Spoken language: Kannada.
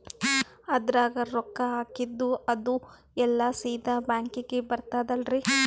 ಅದ್ರಗ ರೊಕ್ಕ ಹಾಕಿದ್ದು ಅದು ಎಲ್ಲಾ ಸೀದಾ ಬ್ಯಾಂಕಿಗಿ ಬರ್ತದಲ್ರಿ?